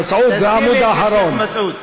עמוד אחרון.